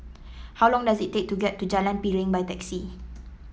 how long does it take to get to Jalan Piring by taxi